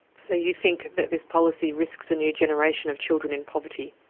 so you think that this policy risks a new generation of children in poverty?